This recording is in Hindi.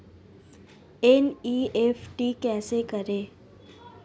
एन.ई.एफ.टी कैसे करें?